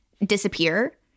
disappear